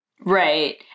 Right